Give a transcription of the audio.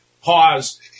pause